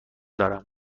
دارم